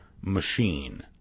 machine